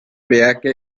werke